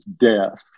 death